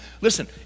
Listen